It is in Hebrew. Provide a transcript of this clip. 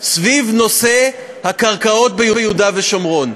סביב נושא הקרקעות ביהודה ושומרון,